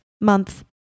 month